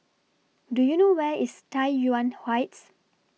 Do YOU know Where IS Tai Yuan Heights